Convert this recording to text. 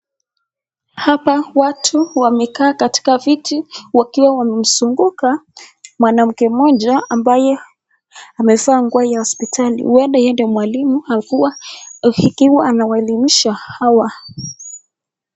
Hapa watu wamekaa katika viti wakiwa wamemzunguka mwanamke moja ambaye amevaa nguo ya hospitali. Huenda yeye ndo mwalimu ikiwa anawaelimisha hawa.